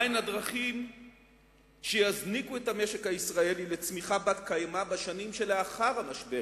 מהן הדרכים שיזניקו את המשק הישראלי לצמיחה בת-קיימא בשנים שלאחר המשבר?